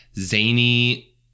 zany